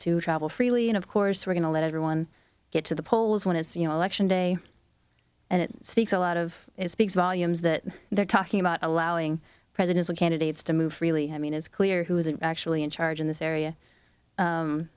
to travel freely and of course we're going to let everyone get to the polls when it's you know election day and it speaks a lot of speaks volumes that they're talking about allowing presidential candidates to move freely i mean it's clear who isn't actually in charge in this area